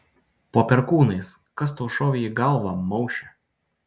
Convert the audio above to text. po perkūnais kas tau šovė į galvą mauše